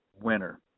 winner